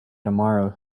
tomorrow